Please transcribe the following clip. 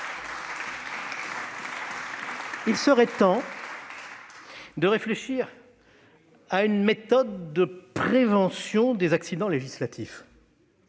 Il serait temps de réfléchir à une méthode de prévention des accidents législatifs,